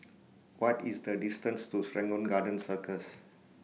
What IS The distance to Serangoon Garden Circus